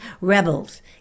rebels